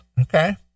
Okay